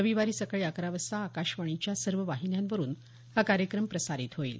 रविवारी सकाळी अकरा वाजता आकाशवाणीच्या सर्व वाहिन्यांवरून हा कार्यक्रम प्रसारित होईल